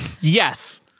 Yes